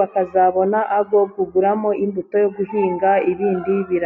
bakazabona nayo kuguramo imbuto yo guhinga ibindi birayi.